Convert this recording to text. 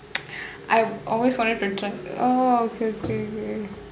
I've always wanted to try oh okay okay okay